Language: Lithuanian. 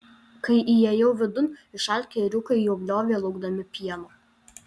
kai įėjau vidun išalkę ėriukai jau bliovė laukdami pieno